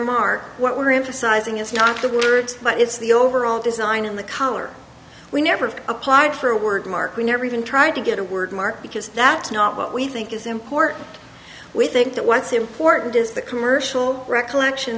mark what we're in for sizing is not the words but it's the overall design and the color we never apply for a word mark we never even try to get a word mark because that's not what we think is important we think that what's important is the commercial recollection